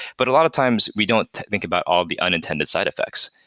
but a lot of times we don't think about all the unintended side effects.